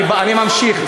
אני ממשיך.